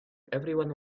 everyone